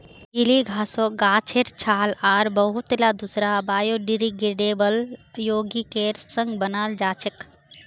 गीली घासक गाछेर छाल आर बहुतला दूसरा बायोडिग्रेडेबल यौगिकेर संग बनाल जा छेक